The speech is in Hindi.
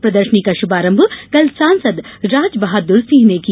प्रदर्शनी का शुभारंभ कल सांसद राजबहादुर सिंह ने किया